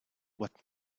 what